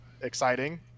exciting